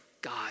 God